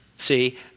See